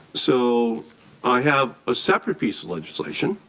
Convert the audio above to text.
so i have a separate piece of legislation